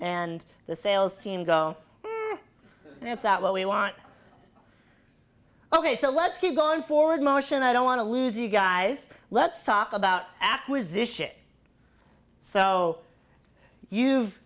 and the sales team go that's not what we want ok so let's keep going forward motion i don't want to lose you guys let's talk about acquisition so you've